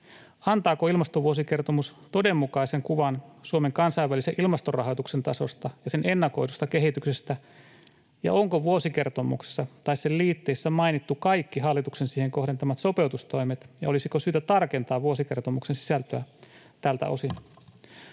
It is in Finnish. antaako ilmastovuosikertomus todenmukaisen kuvan Suomen kansainvälisen ilmastorahoituksen tasosta ja sen ennakoidusta kehityksestä, ja onko vuosikertomuksessa tai sen liitteissä mainittu kaikki hallituksen siihen kohdentamat sopeutustoimet ja olisiko syytä tarkentaa vuosikertomuksen sisältöä tältä osin?